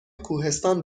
کوهستان